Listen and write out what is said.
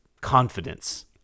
confidence